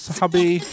hubby